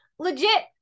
legit